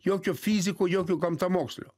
jokio fiziko jokio gamtamokslio